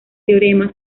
teorema